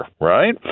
right